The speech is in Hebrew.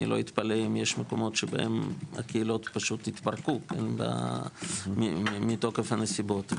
לא אתפלא אם יש מקומות שבהם הקהילות פשוט התפרקו מתוקף הנסיבות.